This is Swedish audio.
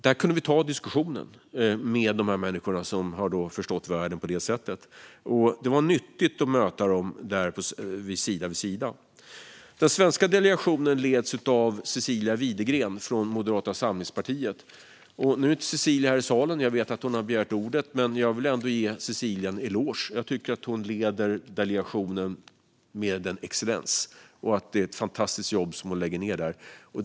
Då kunde vi ta diskussionen med dessa människor som har förstått världen på det sättet. Det var nyttigt att möta dem där, sida vid sida. Den svenska delegationen leds av Cecilia Widegren från Moderata samlingspartiet. Nu är inte Cecilia här i salen, även om jag vet att hon hade begärt ordet. Men jag vill ändå ge Cecilia en eloge. Jag tycker att hon leder delegationen med excellens och att hon lägger ned ett fantastiskt jobb.